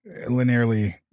linearly